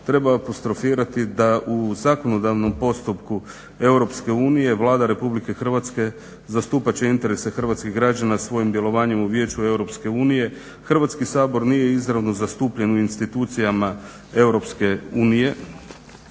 treba apostrofirati da u zakonodavnom postupku Europske unije Vlada Republike Hrvatske zastupat će interese hrvatskih građana svojim djelovanjem u Vijeću Europske unije. Hrvatski sabor nije izravno zastupljen u institucijama